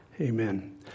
amen